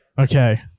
okay